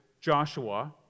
Joshua